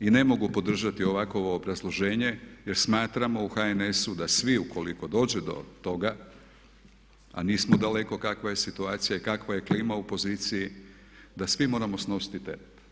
i ne mogu podržati ovakovo obrazloženje jer smatramo u HNS-u da svi ukoliko dođe do toga, a nismo daleko kakva je situacija i kakva je klima u poziciji, da svi moramo snositi teret.